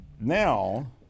now